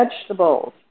vegetables